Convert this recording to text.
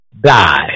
die